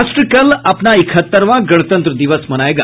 राष्ट्र कल अपना इकहत्तरवां गणतंत्र दिवस मनायेगा